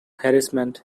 harassment